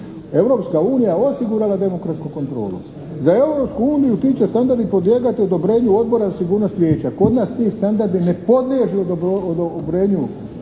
Europska unija osigurala je demokratsku kontrolu. Za Europsku uniju ti će standardi podlijegati odobrenju Odboru za sigurnost vijeća. Kod nas ti standardi ne podliježu odobrenju Vijeća recimo Odbora